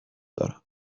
دارم